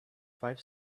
five